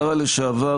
השרה לשעבר,